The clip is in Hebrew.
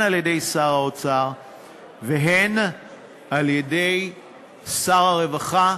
על-ידי שר האוצר והן על-ידי שר הרווחה,